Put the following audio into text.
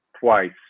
twice